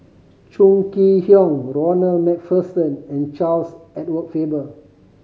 Chong Kee Hiong Ronald Macpherson and Charles Edward Faber